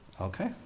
Okay